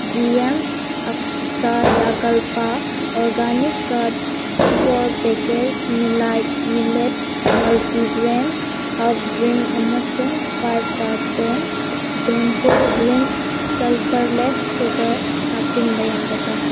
ꯗꯤ M ꯑꯛꯁꯥ ꯌꯥꯒꯜꯄꯥ organic ꯀꯥꯔꯗ ꯐꯣꯔ ꯄꯦꯀꯦꯖ ꯃꯤꯂꯥꯏꯠ millet multi grain herb drink ꯑꯃꯁꯨꯡ ꯐꯥꯏꯚ ꯀꯥꯔꯇꯨꯟ ꯗꯦꯝꯄꯣꯔꯤꯟ ꯁꯜꯐꯔꯔꯦꯖ ꯁꯨꯒꯔ ꯍꯥꯞꯆꯤꯟꯕ ꯌꯥꯒꯗ꯭ꯔꯥ